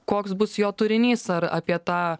koks bus jo turinys ar apie tą